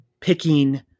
picking